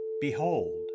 behold